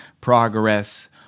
Progress